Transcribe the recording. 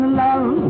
love